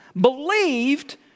believed